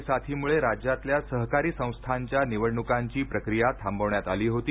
Covid साथीमुळे राज्यातल्या सहकारी संस्थांच्या निवडणुकांची प्रक्रिया थांबवण्यात आली होती